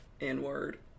N-word